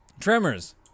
tremors